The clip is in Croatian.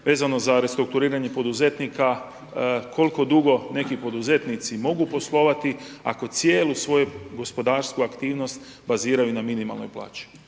vezano za restrukturiranje poduzetnika koliko dugo neki poduzetnici mogu poslovati ako cijelo svoje gospodarstvo, aktivnost baziraju na minimalnoj plaći.